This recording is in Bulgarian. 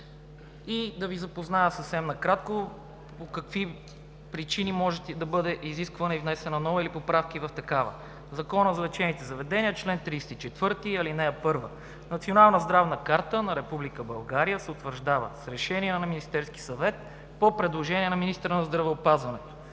И да Ви запозная съвсем накратко по какви причини може да бъде изисквана и внесена нова, или поправки в такава. Законът за лечебните заведения – чл. 34, ал. 1: „Национална здравна карта на Република България се утвърждава с решение на Министерския съвет по предложение на министъра на здравеопазването.